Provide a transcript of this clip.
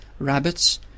rabbits